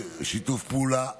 שיתוף פעולה אדיר,